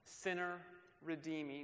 sinner-redeeming